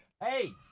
Hey